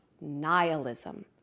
nihilism